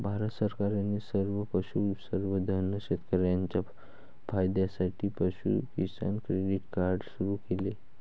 भारत सरकारने सर्व पशुसंवर्धन शेतकर्यांच्या फायद्यासाठी पशु किसान क्रेडिट कार्ड सुरू केले